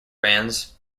bands